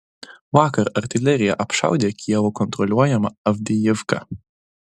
vakar artilerija apšaudė kijevo kontroliuojamą avdijivką